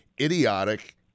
idiotic